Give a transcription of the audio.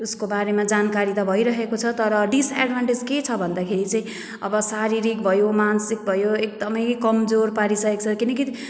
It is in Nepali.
उसको बारेमा जानकारी त भइरहेको छ तर डिस्एड्भान्टेज के छ भन्दाखेरि चाहिँ अब शारीरिक भयो मानसिक भयो एकदमै कमजोर पारिसकेको छ किनकि